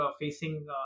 facing